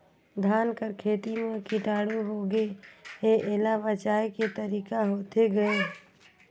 धान कर खेती म कीटाणु होगे हे एला बचाय के तरीका होथे गए?